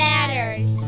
Matters